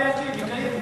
(הארכת התליית ההיטל בעד צריכת מים עודפת),